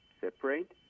separate